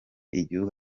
igihugu